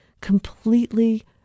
completely